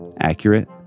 accurate